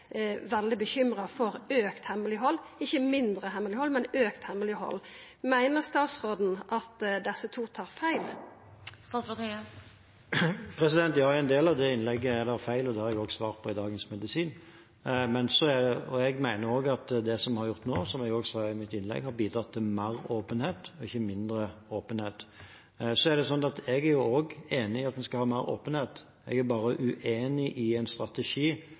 veldig bekymra for auka hemmeleghald – ikkje mindre, men auka hemmeleghald. Meiner statsråden at desse to tar feil? Ja, i en del av det innlegget er det feil, og det har jeg også svart på i Dagens medisin. Jeg mener det vi har gjort til nå, som jeg sa i mitt innlegg, har bidratt til mer, ikke mindre, åpenhet. Jeg er enig i at vi skal ha mer åpenhet, jeg er bare uenig i en strategi